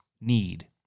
need